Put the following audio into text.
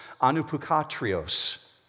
anupukatrios